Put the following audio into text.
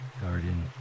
garden